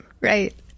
Right